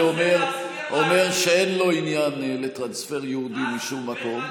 אומר שאין לו עניין לטרנספר יהודים משום מקום.